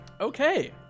Okay